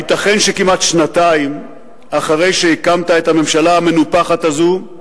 הייתכן שכמעט שנתיים אחרי שהקמת את הממשלה המנופחת הזו,